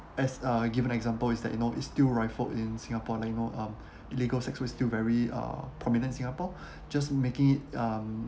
as uh given example is that you know it's still rifled in singapore like you know um illegal sex work is still very uh prominent in singapore just making it um